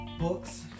books